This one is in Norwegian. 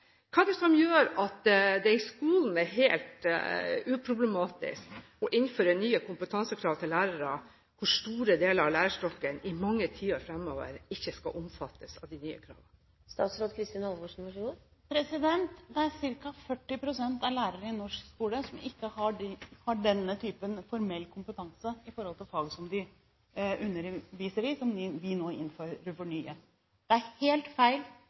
Hva er det som gjør at det i skolen er helt uproblematisk å innføre nye kompetansekrav til lærere, hvor store deler av lærerstokken i mange tiår fremover ikke skal omfattes av de nye kravene? Det er ca. 40 pst. av lærerne i norsk skole som ikke har denne typen formell kompetanse i fag som de underviser i, som vi nå innfører for nye. Det er helt feil